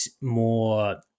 more